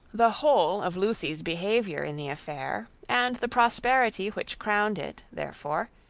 the whole of lucy's behaviour in the affair, and the prosperity which crowned it, therefore,